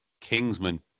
Kingsman